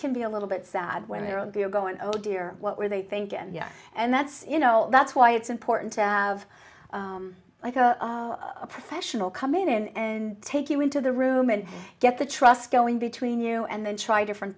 can be a little bit sad when their own they are going oh dear what were they thinking yes and that's you know that's why it's important to have like a professional come in in take you into the room and get the trust going between you and then try different